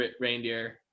reindeer